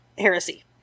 Heresy